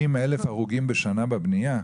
50,000 הרוגים בשנה בבנייה?